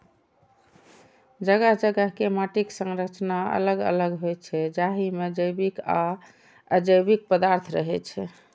जगह जगह के माटिक संरचना अलग अलग होइ छै, जाहि मे जैविक आ अजैविक पदार्थ रहै छै